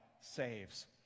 saves